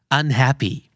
unhappy